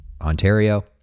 Ontario